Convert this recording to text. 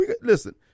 Listen